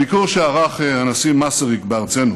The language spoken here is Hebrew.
הביקור שערך הנשיא מסריק בארצנו